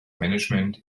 management